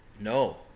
No